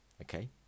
Okay